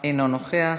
אינו נוכח,